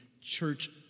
church